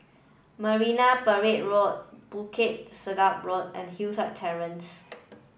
Marine Parade Road Bukit Sedap Road and Hillside Terrace